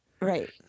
Right